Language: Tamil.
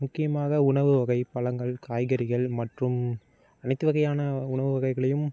முக்கியமாக உணவுவகை பழங்கள் காய்கறிகள் மற்றும் அனைத்து வகையான உணவு வகைகளையும்